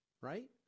right